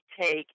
take